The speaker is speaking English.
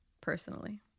personally